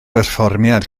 berfformiad